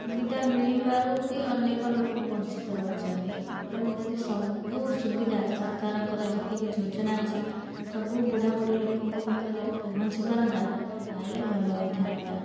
ସୁବିଧା ମିଳିବାରୁ ବି ଅନେକ ଲୋକ ବଞ୍ଚିତ ରହୁଛନ୍ତି ତେଣୁ ଯଦି ସବୁ ସୁବିଧା ସରକାରଙ୍କର ଯେତିକି ଯୋଜନା ଅଛି ସବୁ ବୁଢ଼ା ବୁଢ଼ୀ ଲୋକଙ୍କ ପାଖରେ ଯଦି ପହଞ୍ଚିପାରନ୍ତା ତା'ହେଲେ ଭଲ ହେଇଥାନ୍ତା